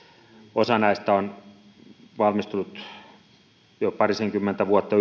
osa näistä on valmistunut jo parisenkymmentä vuotta